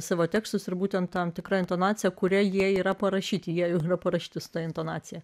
savo tekstus ir būtent tam tikra intonacija kuria jie yra parašyti jei jie yra parašyti su ta intonacija